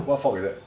what fault is that